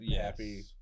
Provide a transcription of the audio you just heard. happy